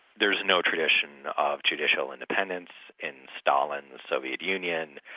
there is no tradition of judicial independence in stalin's soviet union,